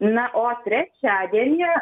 na o trečiadienį